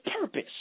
purpose